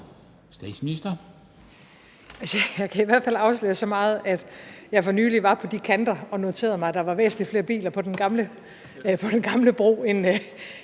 Frederiksen): Jeg kan i hvert fald afsløre så meget, at jeg for nylig var på de kanter og noterede mig, at der var væsentlig flere biler på den gamle bro end